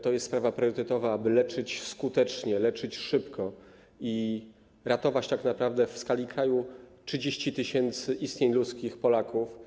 To jest sprawa priorytetowa, aby leczyć skutecznie, leczyć szybko i ratować tak naprawdę w skali kraju 30 tys. istnień ludzkich, Polaków.